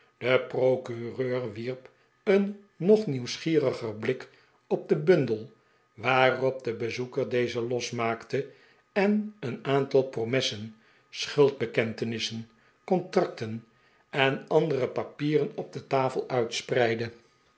de procureur wierp een nog nieuwsgieriger blik op den bundel waarop de bezoeker dezen losmaakte s en een aantal promessen schuldbekentenissen contracten en andere papieren op de tafel uitspreidde